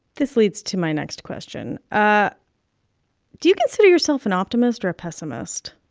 this leads to my next question. ah do you consider yourself an optimist or a pessimist?